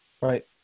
Right